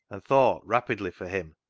and thought rapidly for him,